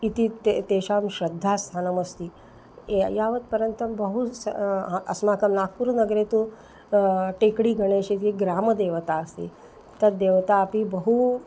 इति ते तेषां श्रद्धास्थानमस्ति यावत्पर्यन्तं बहु स् अस्माकं नाग्पुरनगरे तु टेक्डी गणेशः इति ग्रामदेवता अस्ति तद्देवता अपि बहु